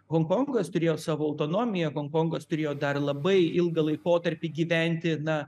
honkongas turėjo savo autonomiją honkongas turėjo dar labai ilgą laikotarpį gyventi na